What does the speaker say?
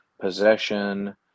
possession